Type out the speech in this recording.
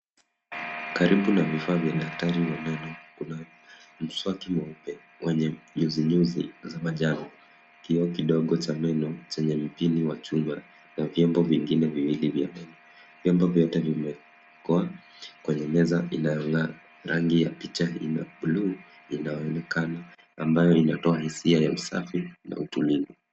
Karibu na vifaa vya daktari wa meno kuna mswaki mweupe wenye nyuzi nyuzi za manjano, kioo kidogo cha meno chenye mpini wa chungura na vyombo vingine viwili vya meno. Vyombo vyote vimewekwa kwenye meza ila, ila, rangi ya picha bluu ina mwonekano ambayo inatoa hisia ya usafi na utulivu.